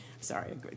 Sorry